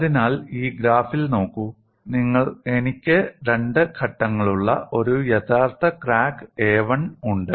അതിനാൽ ഈ ഗ്രാഫിൽ നോക്കൂ എനിക്ക് രണ്ട് ഘട്ടങ്ങളുള്ള ഒരു യഥാർത്ഥ ക്രാക്ക് a1 ഉണ്ട്